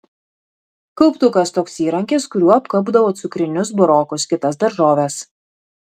kauptukas toks įrankis kuriuo apkaupdavo cukrinius burokus kitas daržoves